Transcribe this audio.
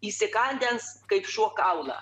įsikandęs kaip šuo kaulą